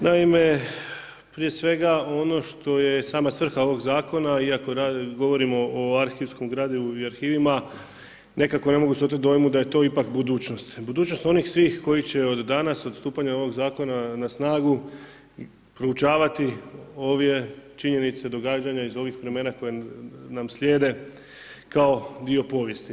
Naime, prije svega ono što je sama svrha ovog zakona iako govorimo o arhivskom gradivu i arhivima, nekako ne mogu se otet dojmu da je to ipak budućnost, budućnost onih svih koji će od danas od stupanja ovog zakona na snagu proučavati ovdje činjenice, događanja iz ovih vremena koja nam slijede kao dio povijesti.